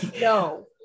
no